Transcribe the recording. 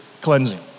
cleansing